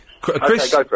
Chris